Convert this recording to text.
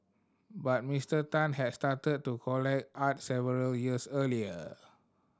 but Mister Tan had started to collect art several years earlier